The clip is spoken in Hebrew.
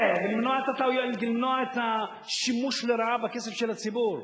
ולמנוע את השימוש לרעה בכסף של הציבור.